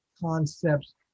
concepts